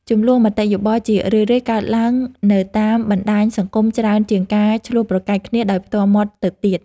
ជម្លោះមតិយោបល់ជារឿយៗកើតឡើងនៅតាមបណ្តាញសង្គមច្រើនជាងការឈ្លោះប្រកែកគ្នាដោយផ្ទាល់មាត់ទៅទៀត។